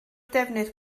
defnydd